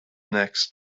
next